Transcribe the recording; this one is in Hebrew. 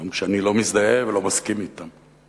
הגם שאני לא מזדהה ולא מסכים אתם.